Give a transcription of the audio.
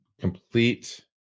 complete